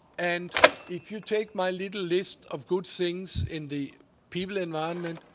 and if you take my little list of good things in the people environment,